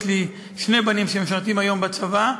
יש לי שני בנים שמשרתים היום בצבא,